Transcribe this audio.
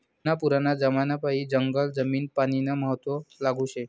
जुना पुराना जमानापायीन जंगल जमीन पानीनं महत्व लागू शे